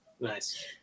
Nice